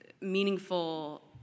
meaningful